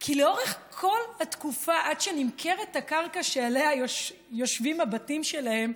כי לאורך כל התקופה עד שנמכרת הקרקע שעליה יושבים הבתים שלהם,